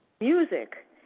music